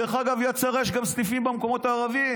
דרך אגב, ליד שרה יש גם סניפים במקומות הערביים.